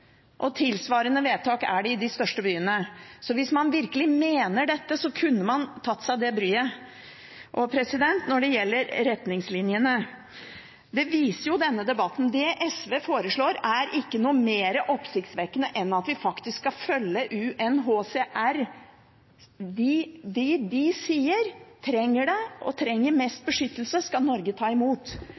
Og tilsvarende vedtak er det i de største byene. Så hvis man virkelig mener dette, kunne man tatt seg det bryet. Når det gjelder retningslinjene, viser jo denne debatten at det SV foreslår, ikke er noe mer oppsiktsvekkende enn at vi faktisk skal følge UNHCR. Dem de sier trenger det, og trenger mest beskyttelse, skal Norge ta imot.